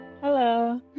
Hello